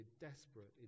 desperate